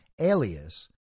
alias